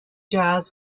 jazz